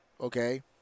okay